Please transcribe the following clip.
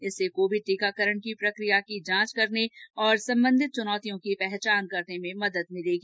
इससे कोविड टीकाकरण की प्रक्रिया की जांच करने तथा संबंधित चुनौतियों की पहचान करने में मदद मिलेगी